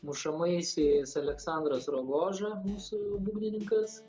mušamaisiais aleksandras rogodža mūsų būgnininkas